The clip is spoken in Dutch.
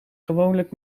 gewoonlijk